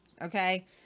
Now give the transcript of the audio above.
Okay